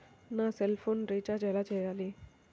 నా సెల్ఫోన్కు రీచార్జ్ ఎలా చేయాలి?